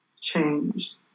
changed